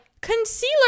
concealer